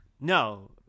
No